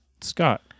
Scott